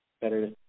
better